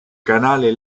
canale